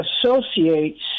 associates